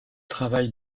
travail